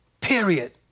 Period